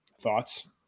thoughts